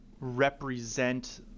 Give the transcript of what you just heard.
represent